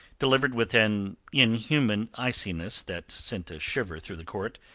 delivered with an inhuman iciness that sent a shiver through the court,